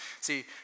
See